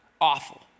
awful